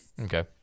Okay